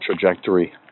trajectory